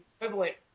equivalent